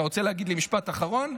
אתה רוצה להגיד לי "משפט אחרון"?